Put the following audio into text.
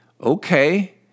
okay